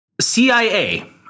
CIA